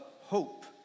hope